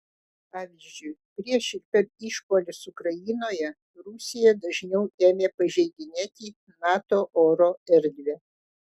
pavyzdžiui prieš ir per išpuolius ukrainoje rusija dažniau ėmė pažeidinėti nato oro erdvę